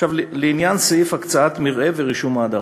לעניין סעיף הקצאת מרעה ורישום העדרים,